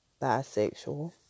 bisexual